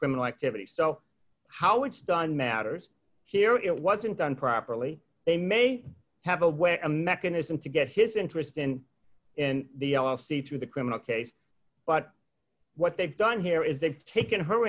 criminal activity so how it's done matters here it wasn't done properly they may have a way a mechanism to get his interest in in the l l c through the criminal case but what they've done here is they've taken her